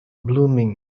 blooming